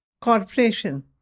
corporation